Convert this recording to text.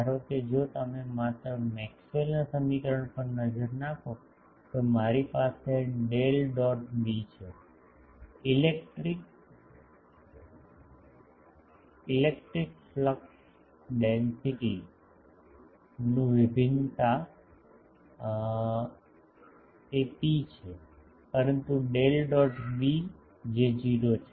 ધારો કે જો તમે માત્ર મેક્સવેલના સમીકરણ પર નજર નાખો તો મારી પાસે ડેલ ડોટ બી છે ઇલેક્ટ્રિક કફ્લક્સ ડેન્સિટીસનું વિભિન્નતા ρ છે પરંતુ ડેલ ડોટ બી જે 0 છે